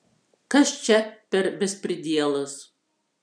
kas čia per bespridielas